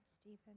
Stephen